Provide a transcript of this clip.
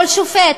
כל שופט,